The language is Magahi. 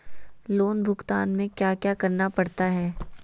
लोन भुगतान में क्या क्या करना पड़ता है